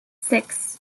six